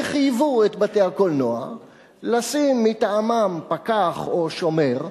וחייבו את בתי-הקולנוע לשים מטעמם פקח או שומר,